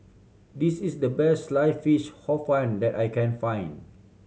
this is the best Sliced Fish Hor Fun that I can find